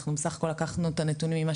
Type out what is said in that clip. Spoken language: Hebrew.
אנחנו בסך הכל לקחנו את הנתונים ממה